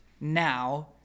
now